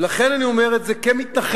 ולכן, אני אומר את זה כמתנחל,